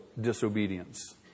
disobedience